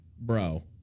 bro